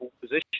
position